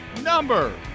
number